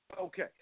Okay